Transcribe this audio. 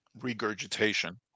regurgitation